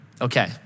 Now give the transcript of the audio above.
Okay